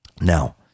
Now